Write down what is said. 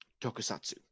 Tokusatsu